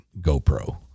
GoPro